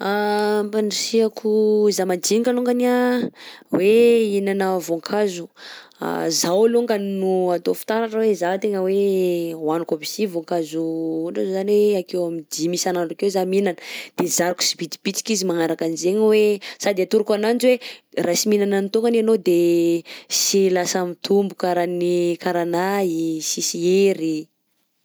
Mba handrisihako zàmadinika alongany anh hoe hihinagna voankazo, izaho alongany no atao fitaratra hoe izaho tegna hoe hohaniko aby si voankazo ohatra zao zany hoe akeo am'dimy isan'andro akeo za mihinana de zariko sibitibitika izy magnaraka an'zaigny hoe sady atoroko ananjy hoe raha sy mihinana an'itony anie anao de sy lasa mitombo karaha ny karaha anay, sisy hery.